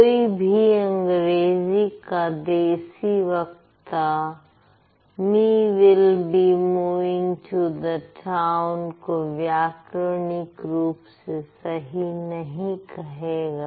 कोई भी अंग्रेजी का देसी वक्ता me will be moving to the town को व्याकरणिक रूप से सही नहीं कहेगा